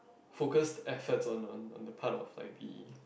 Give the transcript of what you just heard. focus effort on on on the part of like the